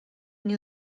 nie